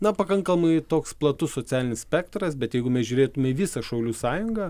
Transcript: na pakankamai toks platus socialinis spektras bet jeigu mes žiūrėtume į visą šaulių sąjungą